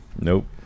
nope